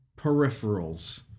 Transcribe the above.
peripherals